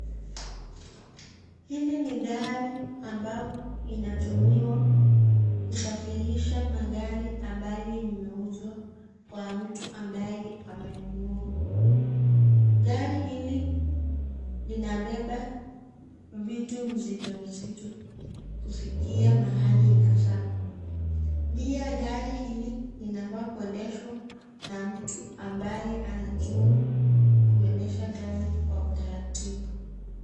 Hili ni gari ambayo inatumiwa kusafirisha magari ambayo imeuzwa kwa mtu ambaye amenunua. Gari hili linabeba vitu mzito mzito kufikia mahali inafaa. Pia gari hili linafaa kuendeshwa na mtu ambaye anajua kuendesha gari kwa utaratibu.